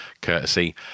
courtesy